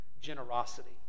generosity